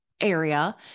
area